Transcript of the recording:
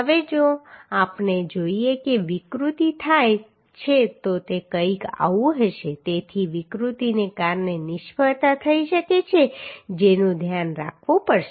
હવે જો આપણે જોઈએ કે વિકૃતિ થાય છે તો તે કંઈક આવું હશે તેથી વિકૃતિને કારણે નિષ્ફળતા થઈ શકે છે જેનું ધ્યાન રાખવું પડશે